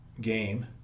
game